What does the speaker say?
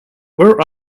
where